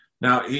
Now